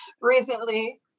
recently